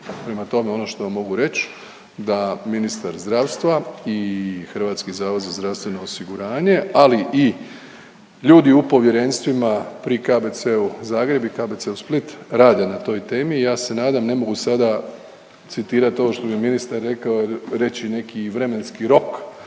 Prema tome, ono što vam mogu reći da ministar zdravstva i HZZO, ali i ljudi u povjerenstvima pri KBC-u Zagreb i KBC-u Split rade na toj temi i ja se nadam, ne mogu sada citirati ovo što je ministar rekao, reći neki vremenski rok